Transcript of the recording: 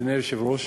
אדוני היושב-ראש,